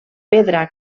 pedra